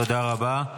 תודה רבה.